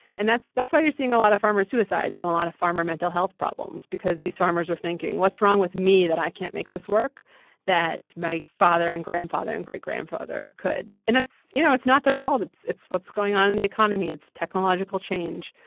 and that's that's why you're seeing a lot of farmer suicides and a lot of farmer mental health problems because these farmers are thinking, what's wrong with me that i can't make this work that my father and grandfather and great-grandfather could? and it's you know, it's not their fault. it's it's what's going on in the economy. it's technological change.